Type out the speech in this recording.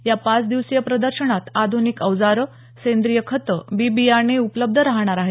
या पाच दिवसीय प्रर्दशनात आध्निक अवजारं सेंद्रिय खतं बी बियाणे उपलब्ध राहणार आहेत